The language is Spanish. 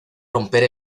romper